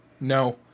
no